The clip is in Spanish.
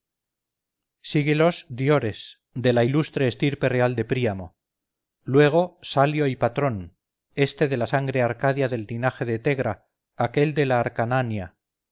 síguelos diores de la ilustre estirpe real de príamo luego salio y patrón este de la sangre arcadia del linaje de tegra aquel de